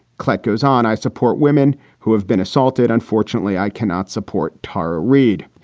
kleck goes on, i support women who have been assaulted. unfortunately, i cannot support tara reid